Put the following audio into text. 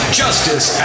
justice